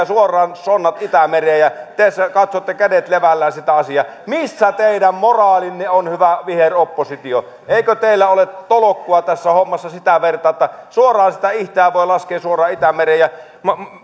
suoraan sonnat itämereen ja te katsotte kädet levällään sitä asiaa missä teidän moraalinne on hyvä viheroppositio eikö teillä ole tolkkua tässä hommassa sitä vertaa kun sitä itseään voi laskea suoraan itämereen ja